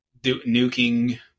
nuking